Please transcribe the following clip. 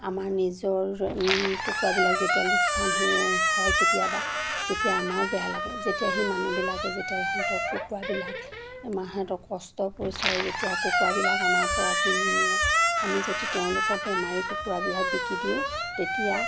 আমাৰ নিজৰ কুকুৰাবিলাক যেতিয়া লোকচান হৈ হয় কেতিয়াবা তেতিয়া আমাৰো বেয়া লাগে যেতিয়া সেই মানুহবিলাকে যেতিয়া সিহঁতক কুকুৰাবিলাক আমাৰ সিহঁতৰ কষ্টৰ পইচাই যেতিয়া কুকুৰাবিলাক আমাৰ পৰা কিনি নিয়ে আমি যদি তেওঁলোকক বেমাৰী কুকুৰাবিলাক বিকি দিওঁ তেতিয়া